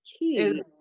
key